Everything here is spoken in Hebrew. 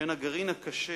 שהן הגרעין הקשה